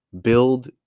build